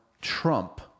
trump